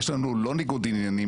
יש לנו לא ניגוד עניינים,